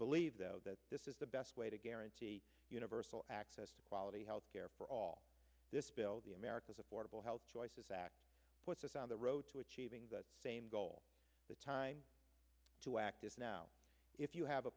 believe though that this is the best way to guarantee universal access to quality health care for all this bill be america's affordable health choices that puts us on the road to achieving that same goal the time to act is now if you have a